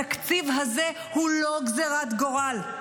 התקציב הזה הוא לא גזרת גורל.